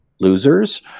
losers